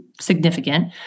significant